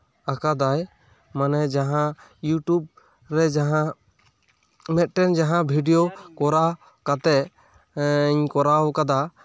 ᱟᱠᱟᱫᱟᱭ ᱢᱟᱱᱮ ᱡᱟᱦᱟᱸ ᱤᱭᱩᱴᱤᱭᱩᱵᱽ ᱨᱮ ᱡᱟᱦᱟᱸ ᱢᱤᱫᱴᱮᱱ ᱡᱟᱦᱟᱸ ᱵᱷᱤᱰᱤᱭᱳ ᱠᱚᱨᱟᱣ ᱠᱟᱛᱮᱜ ᱤᱧᱤᱧ ᱠᱚᱨᱟᱣ ᱠᱟᱫᱟ